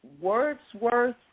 Wordsworth